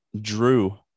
Drew